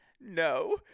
No